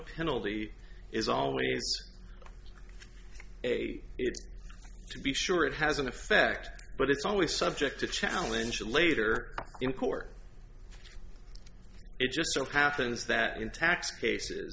penalty is always a it's to be sure it has an effect but it's always subject to challenge later in court it just so happens that in tax cases